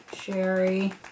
Sherry